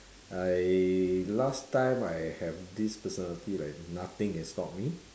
I last time I have this personality like nothing can stop me